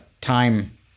time